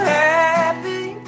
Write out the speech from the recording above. happy